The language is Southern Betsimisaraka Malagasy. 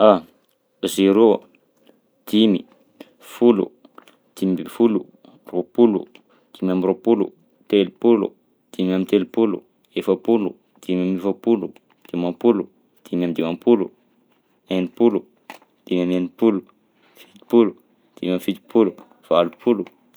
Ah! Zéro, dimy, folo, dimy amby folo, roapoalo, dimy amby roapolo, telopolo, dimy amby telopolo, efapolo, dimy amby efapolo, dimampolo, dimy amby dimampolo, enimpolo, dimy am'enimpolo, fitopolo, dimy am'fitopolo, valopolo.